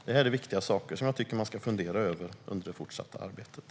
Det här är viktiga saker som jag tycker att man ska fundera över under det fortsatta arbetet.